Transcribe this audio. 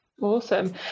awesome